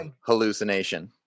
hallucination